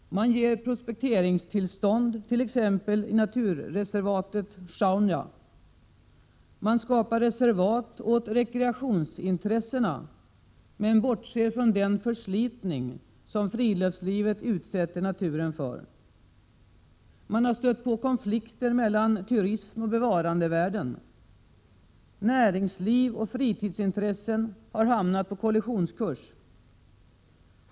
Man ger prospekteringstillstånd t.ex. i naturreservatet Sjaunja. Man skapar reservat åt rekreationsintressena men bortser från den förslit Prot. 1987/88:134 ning som friluftslivet utsätter naturen för. Man har stött på konflikter mellan 6 juni 1988 turism och bevarandevärden. Näringsliv och fritidsintressen har hamnat på kollisionskurs.